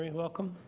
i mean welcome.